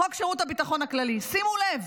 חוק שירות הביטחון הכללי, שימו לב,